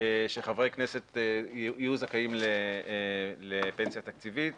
שחברי כנסת יהיו זכאים לפנסיה תקציבית